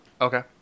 okay